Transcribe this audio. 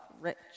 rich